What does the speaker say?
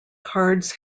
cards